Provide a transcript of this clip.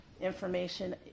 information